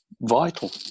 vital